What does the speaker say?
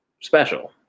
special